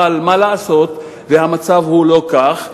אבל מה לעשות והמצב הוא לא כך.